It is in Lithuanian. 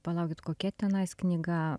palaukit kokia tenais knyga